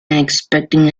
expecting